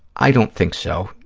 i don't think so.